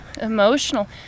emotional